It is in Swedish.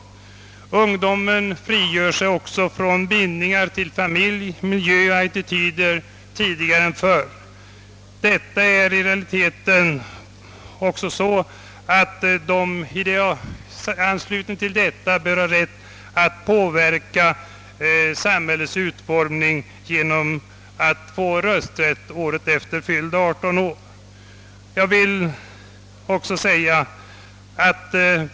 Ungdomarna frigör sig från bindningar till familj och miljö tidigare än förr, och de bör även av denna anledning ha rätt att påverka samhällets utformning genom rösträtt året efter fyllda 18 år.